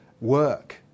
work